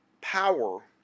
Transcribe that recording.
power